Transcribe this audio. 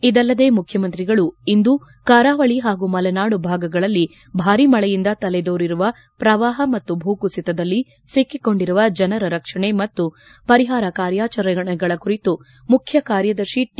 ಇದಲ್ಲದೆ ಮುಖ್ಚಮಂತ್ರಿಗಳು ಇಂದು ಕರಾವಳಿ ಹಾಗೂ ಮಲೆನಾಡು ಭಾಗದಲ್ಲಿ ಭಾರಿ ಮಳೆಯಿಂದ ತಲೆದೋರಿರುವ ಪ್ರವಾಪ ಮತ್ತು ಭೂಕುಸಿತದಲ್ಲಿ ಸಿಕ್ಕಿಕೊಂಡಿರುವ ಜನರ ರಕ್ಷಣೆ ಮತ್ತು ಪರಿಹಾರ ಕಾರ್ಯಾಚರಣೆಗಳ ಕುರಿತು ಮುಖ್ಯ ಕಾರ್ಯದರ್ಶಿ ಟಿ